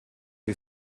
wie